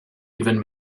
even